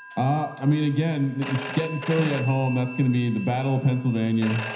i mean, again that you get in philly at home, that's going to be the battle of pennsylvania.